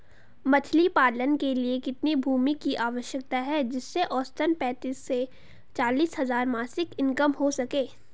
मछली पालन के लिए कितनी भूमि की आवश्यकता है जिससे औसतन पैंतीस से चालीस हज़ार मासिक इनकम हो सके?